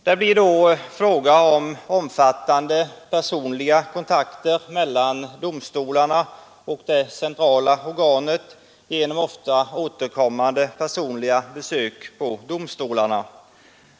Det blir då fråga om omfattande personliga kontakter mellan domstolarna och det centrala organet genom ofta återkommande personliga besök på domstolarna.